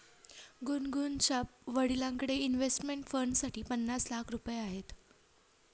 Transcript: गुनगुनच्या वडिलांकडे इन्व्हेस्टमेंट फंडसाठी पन्नास लाख रुपये आहेत